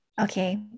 Okay